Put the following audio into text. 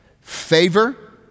favor